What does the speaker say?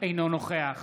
אינו נוכח